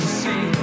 see